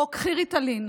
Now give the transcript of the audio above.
או קחי ריטלין.